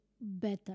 better